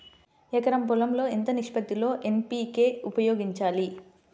ఎకరం పొలం లో ఎంత నిష్పత్తి లో ఎన్.పీ.కే ఉపయోగించాలి?